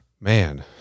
Man